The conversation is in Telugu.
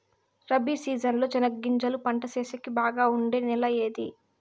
రబి సీజన్ లో చెనగగింజలు పంట సేసేకి బాగా ఉండే నెల ఏది?